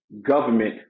government